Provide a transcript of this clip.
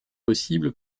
possible